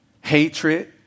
hatred